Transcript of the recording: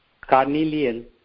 carnelian